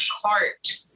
cart